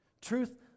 Truth